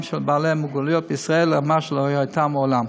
של בעלי המוגבלות בישראל לרמה שלא הייתה מעולם.